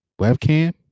webcam